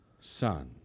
son